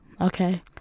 okay